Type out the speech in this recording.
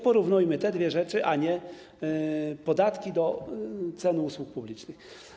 Porównujmy te dwie rzeczy, a nie podatki i ceny usług publicznych.